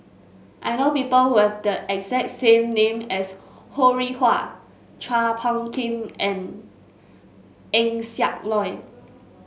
I know people who have the exact same name as Ho Rih Hwa Chua Phung Kim and Eng Siak Loy